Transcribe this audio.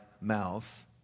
mouth